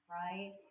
right